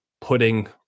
putting